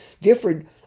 differed